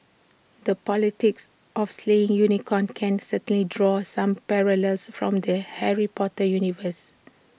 the politics of slaying unicorns can certainly draw some parallels from the Harry Potter universe